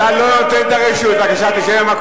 אתה לא יודע על מה אני מדבר.